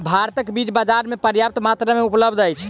भारतक बीज बाजार में पर्याप्त मात्रा में उपलब्ध अछि